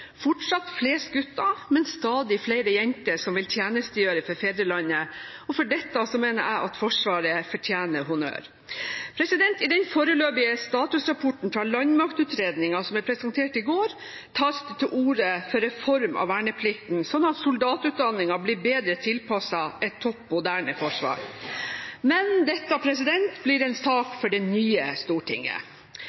fortsatt flest gutter, men stadig flere jenter – som vil tjenestegjøre for fedrelandet, og for dette mener jeg Forsvaret fortjener honnør. I den foreløpige statusrapporten fra Landmaktutredningen, som ble presentert i går, tas det til orde for en reform av verneplikten, slik at soldatutdanningen blir bedre tilpasset et topp moderne forsvar, men dette blir en sak